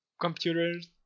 computers